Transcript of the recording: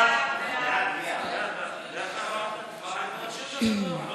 ההצעה לכלול את הנושא בסדר-היום של הכנסת